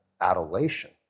adulation